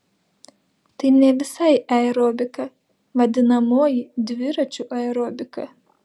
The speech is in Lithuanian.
tai ne visai aerobika vadinamoji dviračių aerobika